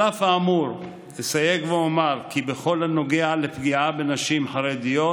על אף האמור אסייג ואומר כי בכל הנוגע לפגיעה בנשים חרדיות,